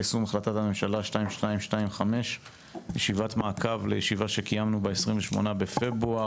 יישום החלטת הממשלה 2225 ישיבת מעקב לישיבה שקיימנו ב 28 לפברואר,